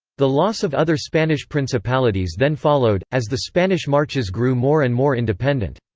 the loss of other spanish principalities then followed, as the spanish marches grew more and more independent.